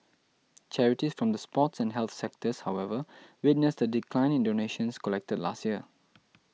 charities from the sports and health sectors however witnessed a decline in donations collected last year